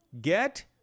get